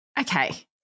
Okay